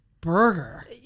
Burger